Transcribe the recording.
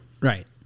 right